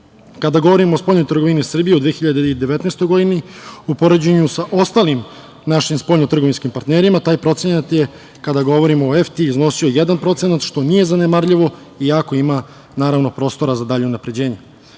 govorim o spoljnoj trgovini u Srbiji u 2019. godini, u poređenju sa ostalim našim spoljnotrgovinskim partnerima, taj procenat je kada govorimo o EFTI iznosio 1%, što nije zanemarljivo iako ima prostora za dalje unapređenje.